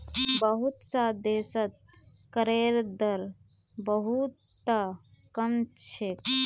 बहुत स देशत करेर दर बहु त कम छेक